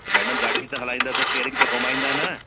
madam गाॾी त हलाईंदा त स्टेरिंग त घुमाईंदा न